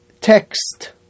text